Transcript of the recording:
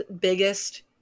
biggest